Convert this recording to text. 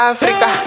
Africa